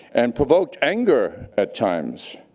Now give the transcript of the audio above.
and provoked anger at times.